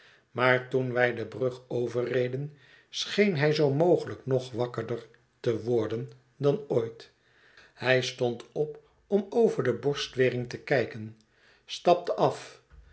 maar toen wij de brug overreden scheen hij zoo mogelijk nog wakkerder te worden dan ooit hij stond op om over de borstwering te kijken stapte af